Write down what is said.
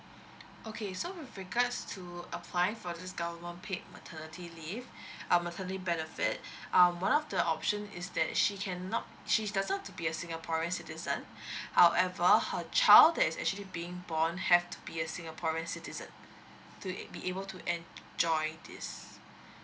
okay so with regards to apply for this government paid maternity leave uh maternity benefit um one of the option is that she cannot she doesn't want to be a singaporean citizen however her child that is actually being born have to be a singaporean citizen will it be able to and joints iss